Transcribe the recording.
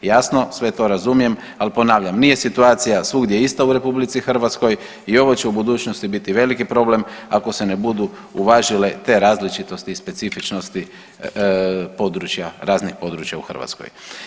Jasno sve to razumijem, ali ponavljam nije situacija svugdje ista u RH i ovo će u budućnosti biti veliki problem ako se ne budu važile te različitosti i specifičnosti područja, raznih područja u Hrvatskoj.